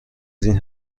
این